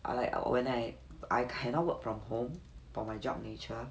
I like when I I cannot work from home for my job nature